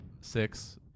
six